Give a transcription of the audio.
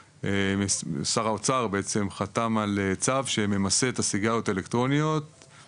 שר האוצר חתם על צו שממסה את הסיגריות האלקטרוניות,